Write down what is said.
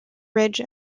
ridge